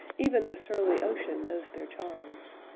even the surly ocean knows their charms,